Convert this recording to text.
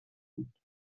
بود